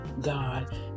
God